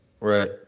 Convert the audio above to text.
Right